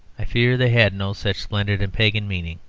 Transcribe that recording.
i fear they had no such splendid and pagan meaning.